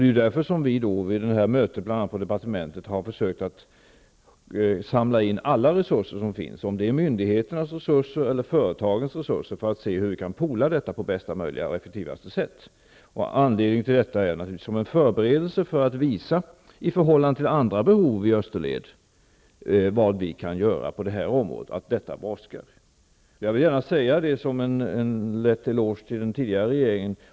Det är därför som vi bl.a. vid mötet på departementet har försökt samla in alla resurser som finns, myndigheternas resurser eller företagens resurser, för att se hur vi kan ''poola'' detta på bästa möjliga och mest effektiva sätt. Anledningen till detta är naturligtvis att vi, som en förberedelse, i förhållande till andra behov i österled, visar vad vi kan göra på detta område och att detta brådskar. Jag vill gärna säga detta som en liten eloge till den tidigare regeringen.